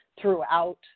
throughout